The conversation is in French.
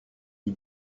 ils